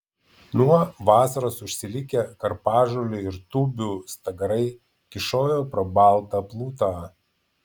nuo vasaros užsilikę karpažolių ir tūbių stagarai kyšojo pro baltą plutą